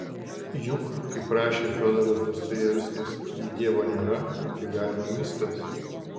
juk kaip rašė fiodoras dostojevskis jei dievo nėra tai galima viskas